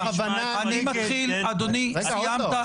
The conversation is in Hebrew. אני מתחיל, אדוני --- רגע, עוד לא.